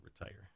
retire